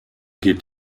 geht